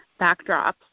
backdrops